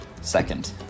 second